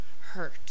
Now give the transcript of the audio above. hurt